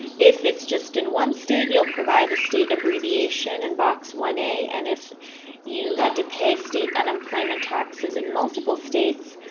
if it's just in one state, you'll provide the state abbreviation in box one a, and if you had to pay state unemployment taxes in multiple states,